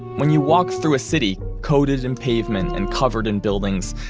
when you walk through a city coated in pavement and covered in buildings,